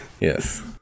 Yes